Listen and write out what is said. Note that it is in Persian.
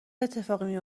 اتفاقی